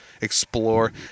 explore